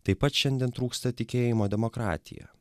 taip pat šiandien trūksta tikėjimo demokratija